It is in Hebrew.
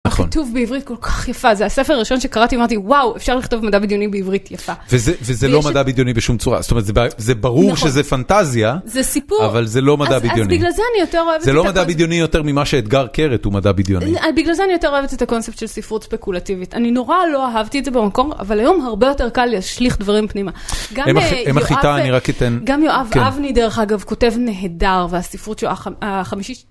הכי טוב בעברית, כל-כך יפה, זה הספר הראשון שקראתי, אמרתי, וואו, אפשר לכתוב מדע בדיוני בעברית, יפה. וזה לא מדע בדיוני בשום צורה. זאת אומרת, זה ברור שזה פנטזיה, זה סיפור, אז בגלל זה אני יותר אוהבת... זה לא מדע בדיוני יותר ממה שאתגר קרת, הוא מדע בדיוני. בגלל זה אני יותר אוהבת את הקונספט של ספרות ספקולטיבית. אני נורא לא אהבתי את זה במקום, אבל היום הרבה יותר קל להשליך דברים מפנימה. גם יואב אבני, דרך אגב, כותב נהדר, והספרות שלו, החמישי...